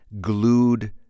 glued